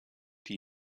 die